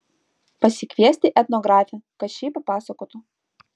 pasikviesti etnografę kad ši papasakotų